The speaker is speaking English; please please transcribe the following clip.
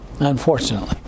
unfortunately